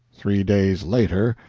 three days later,